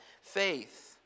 faith